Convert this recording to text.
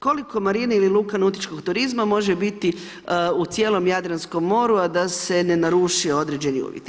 Koliko marini ili luka nautičkog turizma može biti u cijelom Jadranskom moru a da se ne naruši određeni uvjeti.